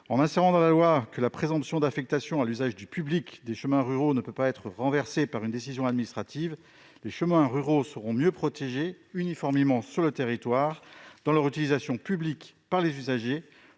En insérant dans la loi que la présomption d'affectation à l'usage du public des chemins ruraux ne peut pas être renversée par une décision administrative, les chemins ruraux seront mieux protégés uniformément sur le territoire dans leur utilisation publique par les usagers